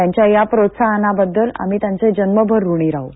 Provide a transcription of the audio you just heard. त्यांच्या या प्रोत्साहनाबद्दल आम्ही त्यांचे जन्मभर ऋणी राहूत